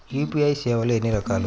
UPI సేవలు ఎన్నిరకాలు?